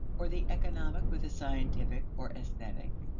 or the economic with the scientific or aesthetic,